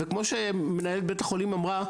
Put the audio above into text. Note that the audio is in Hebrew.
כמו שמנהלת בית החולים אמרה,